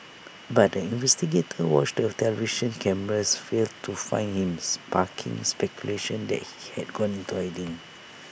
but the investigators watched television cameras failed to find him sparking speculation that he he had gone into hiding